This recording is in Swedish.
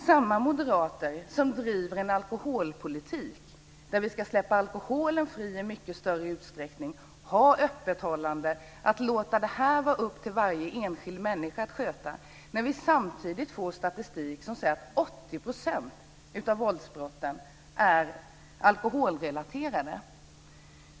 Samma moderater driver en alkoholpolitik som innebär att vi ska släppa alkoholen fri i mycket större utsträckning och ha ett längre öppethållande och att låta det vara upp till varje enskild människa att sköta detta med alkohol när vi samtidigt får statistik där det sägs att 80 % av våldsbrotten är alkoholrelaterade.